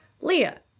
Leah